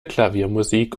klaviermusik